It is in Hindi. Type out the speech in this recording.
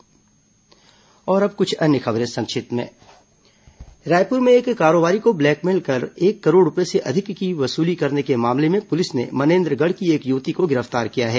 संक्षिप्त समाचार अब कुछ अन्य खबरें संक्षिप्त में रायपुर में एक कारोबारी को ब्लैकमेल कर एक करोड़ रूपये से अधिक की वसूली करने के मामले में पुलिस ने मनेन्द्रगढ़ की एक युवती को गिरफ्तार किया है